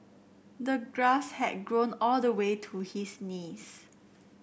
the grass had grown all the way to his knees